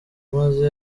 maze